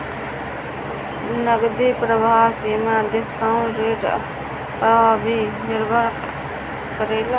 नगदी प्रवाह सीमा डिस्काउंट रेट पअ भी निर्भर करेला